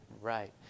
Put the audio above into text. Right